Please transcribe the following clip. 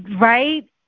right